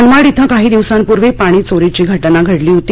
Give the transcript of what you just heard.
मनमाड इथं काही दिवसांपूर्वी पाणी चोरीची घटना घडली होती